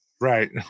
right